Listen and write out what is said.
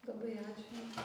labai ačiū jums